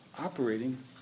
operating